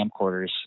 camcorders